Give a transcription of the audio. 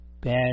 bad